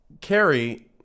Carrie